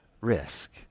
risk